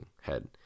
head